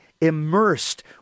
immersed